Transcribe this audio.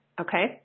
okay